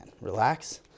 relax